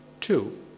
Two